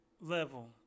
level